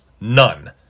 None